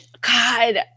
God